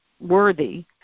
worthy